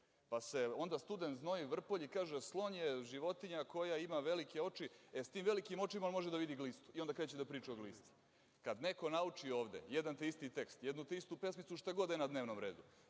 Pa, se onda student znoji, vrpolji i kaže – slon je životinja koja ima velike oči, e sa tim veliki očima on može da vidi glistu i onda kreće da priča o glisti. Kad neko nauči ovde jedan te isti tekst, jednu te istu pesmicu šta god da je na dnevnom redu